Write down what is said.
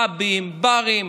פאבים, ברים,